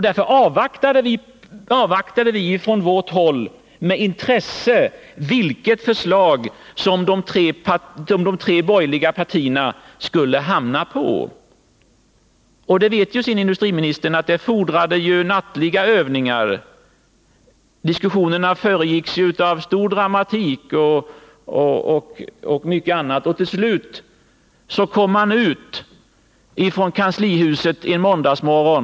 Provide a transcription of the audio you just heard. Därför avvaktar vi från vårt håll med intresse vilket förslag de tre borgerliga partierna kommer att enas om. Och industriministern vet att det fordrades nattliga övningar. Diskussionerna föregicks av stor dramatik, och till slut kom man ut från kanslihuset en måndagsmorgon.